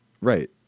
Right